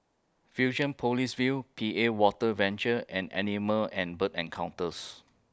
Fusionopolis View P A Water Venture and Animal and Bird Encounters